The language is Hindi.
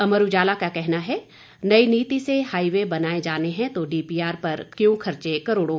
अमर उजाला का कहना है नई नीति से हाईवे बनाए जाने हैं तो डीपीआर पर क्यों खर्चे करोड़ों